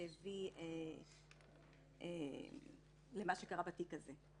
שהביא למה שקרה בתיק הזה.